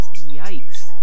Yikes